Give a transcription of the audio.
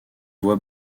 voix